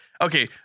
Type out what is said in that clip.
Okay